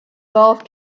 golf